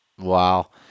Wow